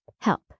Help